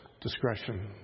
discretion